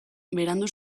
berandu